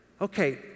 okay